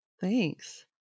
thanks